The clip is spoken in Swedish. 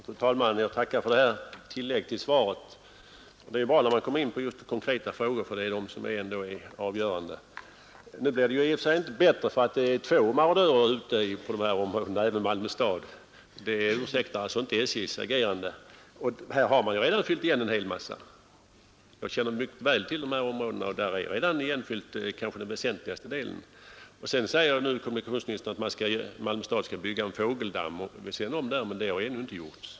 Fru talman! Jag tackar för detta tillägg till svaret. Det är bra när man kommer in på konkreta frågor; det är ändå de som är avgörande. Nu blir ju saken inte bättre av att det är två marodörer på det här området, alltså även Malmö stad. Det ursäktar inte SJ:s agerande. Jag känner mycket väl till de här områdena, och man har redan fyllt igen den kanske väsentligaste delen av dammarna; nu säger kommunikationsministern att det snart skall byggas en fågeldamm. Men det har ännu inte gjorts.